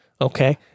okay